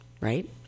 right